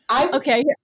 okay